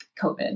COVID